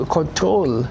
control